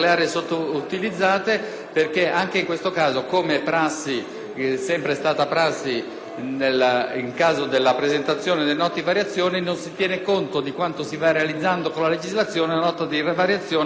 in caso di presentazione della Nota di variazioni, non si tiene conto di quanto si va realizzando con la legislazione, ma si registrano esclusivamente le modifiche che, attraverso il disegno di legge finanziaria, vanno riportate a bilancio.